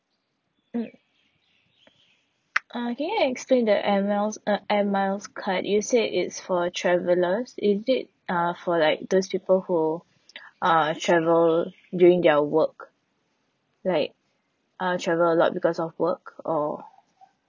mm uh can you explain the air miles uh air miles card you said it's for travellers is it uh for like those people who uh travel during their work right like travel a lot because of work or